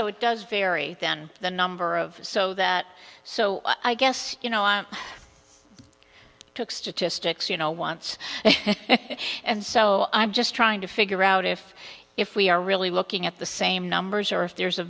so it does vary than the number of so that so i guess you know i took statistics you know once and so i'm just trying to figure out if if we are really looking at the same numbers or if there's a